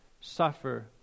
suffer